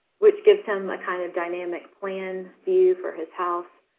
which gives some kind of dynamic plan view for his house.